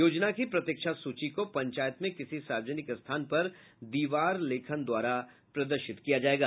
योजना की प्रतीक्षा सूची को पंचायत में किसी सार्वजनिक स्थान पर दीवार लेखन द्वारा प्रदर्शित किया जायेगा